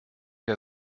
der